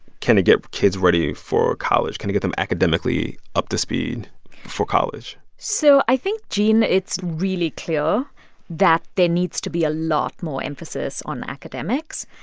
can it get kids ready for college? can it get them academically up to speed for college? so i think, gene, it's really clear that there needs to be a lot more emphasis on academics.